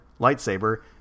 lightsaber